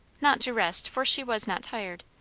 not to rest, for she was not tired,